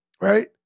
right